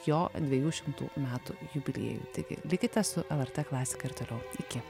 jo dviejų šimtų metų jubiliejui taigi likite su lrt klasika ir toliau iki